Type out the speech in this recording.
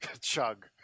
Chug